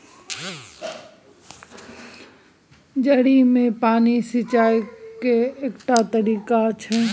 जड़ि मे पानि सिचाई केर एकटा तरीका छै